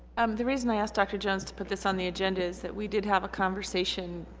um the reason i asked dr. jones to put this on the agenda is that we did have a conversation